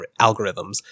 algorithms